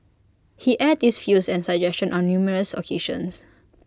he aired this views and suggestions on numerous occasions